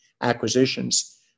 acquisitions